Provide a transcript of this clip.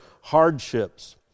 hardships